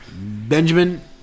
Benjamin